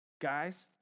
Guys